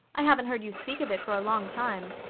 i haven't heard you speak of it for a long time.